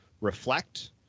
reflect